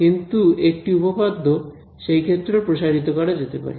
কিন্তু একটি উপপাদ্য সেই ক্ষেত্রে ও প্রসারিত করা যেতে পারে